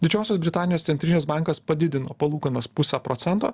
didžiosios britanijos centrinis bankas padidino palūkanas pusę procento